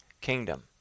kingdom